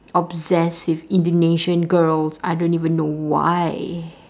obsessed with indonesian girls I don't even know why